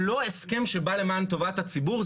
וזה לא הסכם שבא למען טובת הציבור,